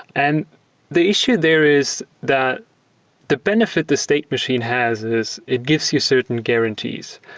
and the issue there is that the benefit the state machine has is it gives you certain guarantees.